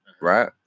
right